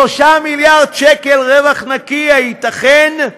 3 מיליארד שקל רווח נקי, הייתכן?